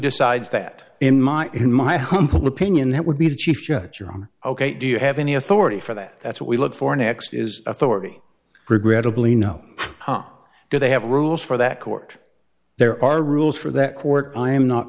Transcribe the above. decides that in my in my humble opinion that would be the chief judge your honor ok do you have any authority for that that's what we look for next is authority regrettably no how do they have rules for that court there are rules for that court i am not